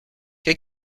qué